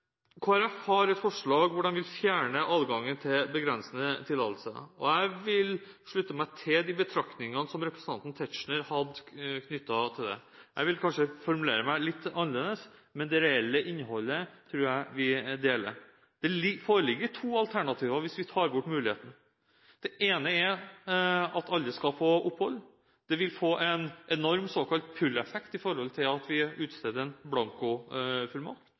Folkeparti har et forslag hvor en vil fjerne adgangen til begrensede tillatelser, og jeg vil slutte meg til de betraktningene som representanten Tetzschner hadde, knyttet til det. Jeg vil kanskje formulere meg litt annerledes, men det reelle innholdet tror jeg vi deler syn på. Det foreligger to alternativer hvis vi tar bort denne muligheten. Det ene er at alle skal få opphold. Det vil få en enorm såkalt pull-effekt ved at vi utsteder en